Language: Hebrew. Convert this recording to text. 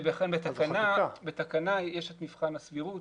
בתקנה יש את מבחן הסבירות